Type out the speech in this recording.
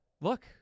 Look